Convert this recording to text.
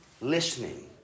listening